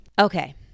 Okay